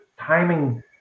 timing